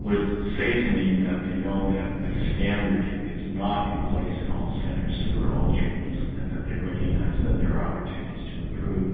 would say to me that they know that a standard is not in place at and all centres for all treatments, and that they recognise that there are opportunities to improve.